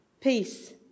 peace